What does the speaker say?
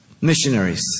missionaries